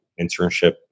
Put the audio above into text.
internship